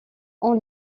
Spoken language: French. ont